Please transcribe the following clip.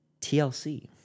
TLC